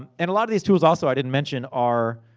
um and a lot of these tools also, i didn't mention, are,